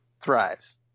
thrives